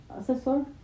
Assessor